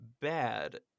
bad